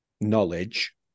knowledge